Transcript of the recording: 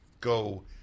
go